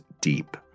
deep